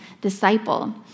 disciple